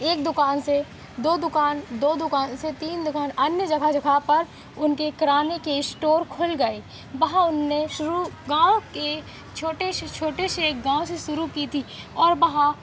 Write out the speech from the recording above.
एक दुकान से दो दुकान दो दुकान से तीन दुकान अन्य जगह जगह पर उनके किराने के इस्टोर खुल गए वहाँ उन्होंने शुरू गाँव के छोटे से छोटे से एक गाँव से शुरू की थी और बहाँ